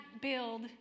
build